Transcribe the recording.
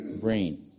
brain